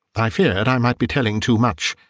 i feared i might be telling too much,